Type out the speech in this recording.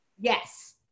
yes